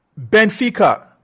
Benfica